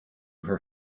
her